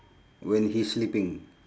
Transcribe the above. when he's sleeping